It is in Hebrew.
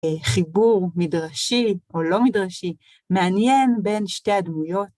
חיבור מדרשי או לא מדרשי מעניין בין שתי הדמויות.